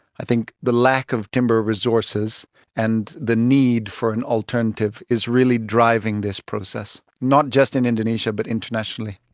i think the lack of timber resources and the need for an alternative is really driving this process, not just in indonesia but internationally.